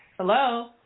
Hello